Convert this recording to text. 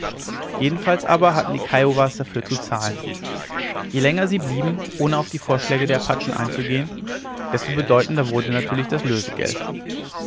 jedenfalls aber hatten die kiowas dafür zu zahlen je länger sie blieben ohne auf die vorschläge der apachen einzugehen desto bedeutender wurde natürlich das lösegeld